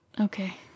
okay